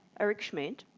eric schmidt,